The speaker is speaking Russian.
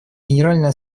генеральная